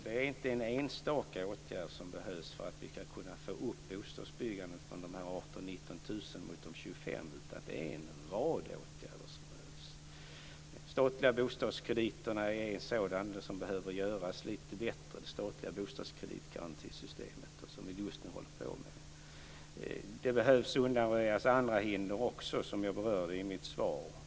Det är inte en enstaka åtgärd som behövs för att vi ska kunna öka bostadsbyggandet från dessa 18 000-19 000 till 25 000, utan det är en rad åtgärder som behövs. De statliga bostadskrediterna behöver göras lite bättre - det statliga bostadskreditgarantisystemet - vilket vi just nu arbetar med. Även andra hinder behöver undanröjas.